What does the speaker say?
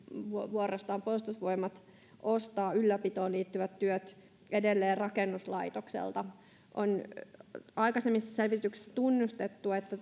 vuorostaan puolustusvoimat ostaa ylläpitoon liittyvät työt edelleen rakennuslaitokselta on aikaisemmissa selvityksissä tunnustettu että